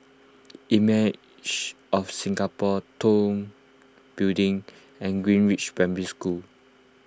Images of Singapore Tong Building and Greenridge Primary School